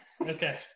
Okay